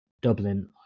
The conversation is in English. Dublin